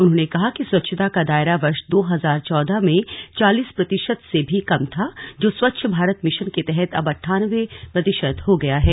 उन्होंने कहा कि स्वमच्छता का दायरा वर्ष दो हजार चौदह में चालीस प्रतिशत से भी कम था जो स्वच्छ भारत मिशन के तहत अब अठानवे प्रतिशत हो गया है